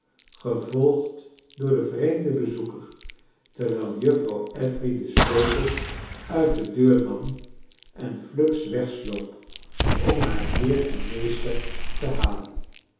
gevolgd door den vreemden bezoeker terwijl juffrouw affery den sleutel uit de deur nam en fluks wegsloop om haar heer en meester te halen